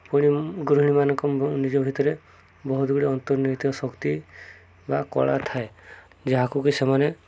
ପୁଣି ଗୃହିଣୀମାନଙ୍କ ନିଜ ଭିତରେ ବହୁତ ଗୁଡ଼ିଏ ଅନ୍ତର୍ନିହିତ ଶକ୍ତି ବା କଳା ଥାଏ ଯାହାକୁକି ସେମାନେ